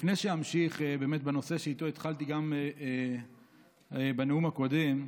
לפני שאמשיך בנושא שאיתו התחלתי בנאום הקודם,